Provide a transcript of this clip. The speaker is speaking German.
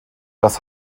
das